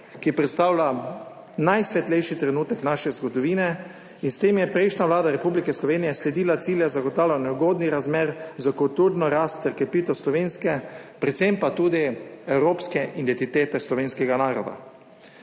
ki predstavlja najsvetlejši trenutek naše zgodovine. S tem je prejšnja vlada Republike Slovenije sledila ciljem zagotavljanja ugodnih razmer za kulturno rast ter krepitev slovenske, predvsem pa tudi evropske identitete slovenskega naroda.